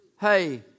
hey